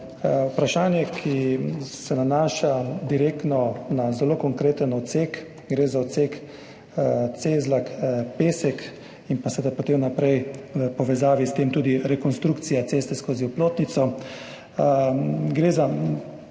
vprašanju, ki se nanaša na zelo konkreten odsek, gre za odsek Cezlak–Pesek in potem naprej v povezavi s tem tudi rekonstrukcijo ceste skozi Oplotnico, gre za